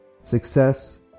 Success